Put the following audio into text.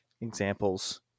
examples